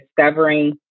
Discovering